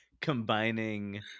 combining